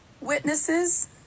witnesses